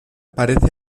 parece